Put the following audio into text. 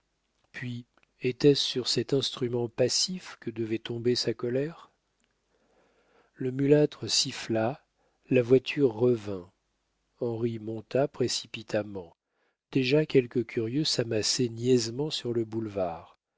puis était-ce sur cet instrument passif que devait tomber sa colère le mulâtre siffla la voiture revint henri monta précipitamment déjà quelques curieux s'amassaient niaisement sur le boulevard